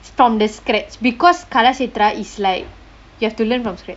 from the scratch because kalakshetra is like you have to learn from scratch